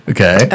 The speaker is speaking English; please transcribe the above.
Okay